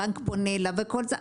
הבנק פונה אליו וכל זה,